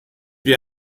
wie